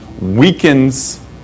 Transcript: weakens